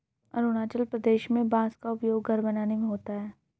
अरुणाचल प्रदेश में बांस का उपयोग घर बनाने में होता है